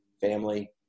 family